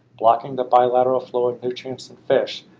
blocking the bilateral flow of nutrients and fish.